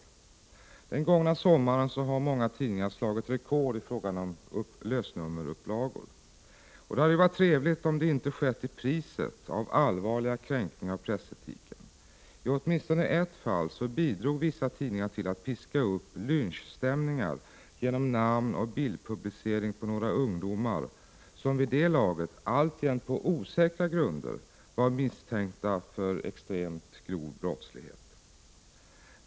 Under den gångna sommaren har många tidningar slagit rekord i fråga om lösnummerupplagor. Det hade varit trevligt om det inte skett till priset av allvarliga kränkningar av pressetiken. I åtminstone ett fall bidrog vissa tidningar till att piska upp lynchstämningar genom namnoch bildpublicering på några ungdomar som, vid det laget alltjämt på osäkra grunder, var misstänkta för extremt grov brottslighet.